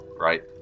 right